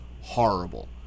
horrible